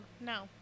no